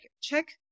check